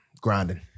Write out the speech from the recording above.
grinding